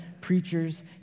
preachers